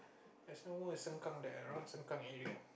there's no more in Sengkang that around Sengkang area